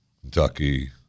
Kentucky